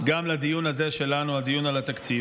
גם לדיון הזה שלנו, הדיון על התקציב.